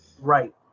Right